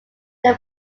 they